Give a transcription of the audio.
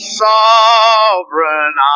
sovereign